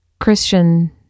Christian